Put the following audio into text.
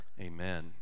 Amen